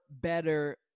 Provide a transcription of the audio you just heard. better